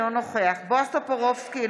אינו נוכח בועז טופורובסקי,